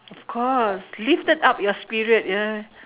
of course lifted up your spirit yeah